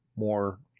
more